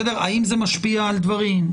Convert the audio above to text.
האם זה משפיע על דברים?